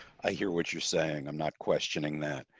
i hear what you're saying. i'm not questioning that.